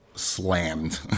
Slammed